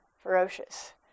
ferocious